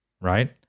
right